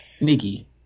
Nikki